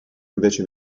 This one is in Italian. invece